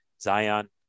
Zion